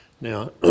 Now